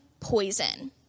poison